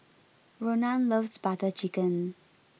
Ronan loves Butter Chicken